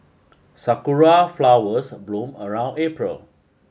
sakura flowers bloom around April